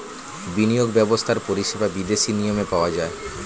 বিনিয়োগ ব্যবস্থার পরিষেবা বিদেশি নিয়মে পাওয়া যায়